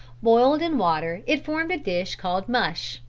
boiled in water it formed a dish called mush,